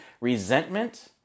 Resentment